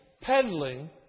peddling